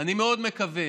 אני מאוד מקווה